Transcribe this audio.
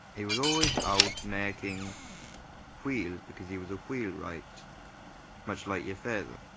he was always out making wheels because he was a wheel right much like your father.